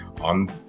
on